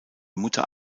mutter